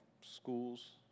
schools